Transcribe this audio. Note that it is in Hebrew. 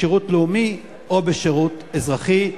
בשירות לאומי או בשירות אזרחי.